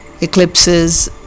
eclipses